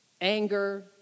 Anger